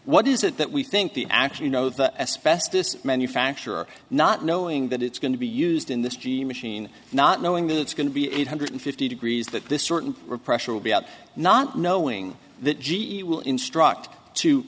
what is it that we think the actually you know the asbestos manufacturer not knowing that it's going to be used in this dream machine not knowing that it's going to be eight hundred fifty degrees that this certain pressure will be out not knowing that g e will instruct to